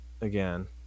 again